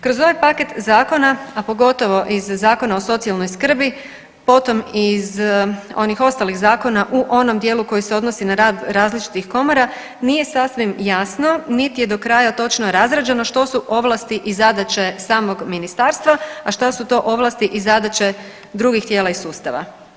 Kroz ovaj paket zakona, a pogotovo iz Zakona o socijalnoj skrbi, potom iz onih ostalih zakona u onom dijelu koji se odnosi na rad različitih komora nije sasvim jasno, niti je do kraja točno razrađeno što su ovlasti i zadaće samog ministarstva, a šta su to ovlasti i zadaće drugih tijela iz sustava.